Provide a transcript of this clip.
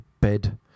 bed